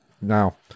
Now